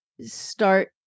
start